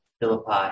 Philippi